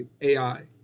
AI